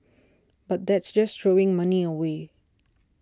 but that's just throwing money away